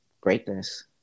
greatness